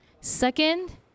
Second